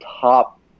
top